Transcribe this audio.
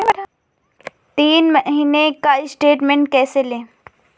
तीन महीने का स्टेटमेंट कैसे लें?